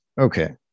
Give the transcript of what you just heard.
Okay